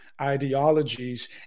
ideologies